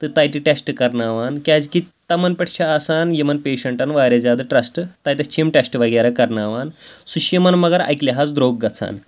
تہٕ تَتہِ ٹٮ۪سٹ کَرناوان کیٛازِکہِ تَمَن پٮ۪ٹھ چھِ آسان یِمَن پیشَنٹَن واریاہ زیادٕ ٹرٛسٹ تَتیٚتھ چھِ یِم ٹٮ۪سٹ وغیرہ کَرناوان سُہ چھِ یِمَن مگر اَکہِ لحاظ درٛوگ گژھان